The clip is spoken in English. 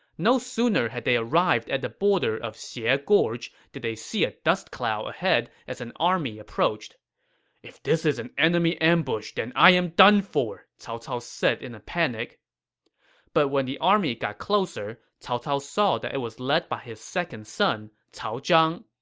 no sooner had they arrived at the border of xie ah gorge did they see a dust cloud ahead as an army approached if this is an enemy ambush, then i'm done for! cao cao said in a panic but when the army got closer, cao cao saw that it was led by his second son, cao zhang.